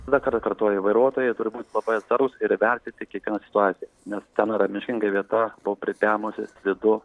dar kartą kartoju vairuotojai turi būt labai atsargūs ir įvertinti kiekvieną situaciją nes ten yra miškinga vieta buvo pritemusi slidu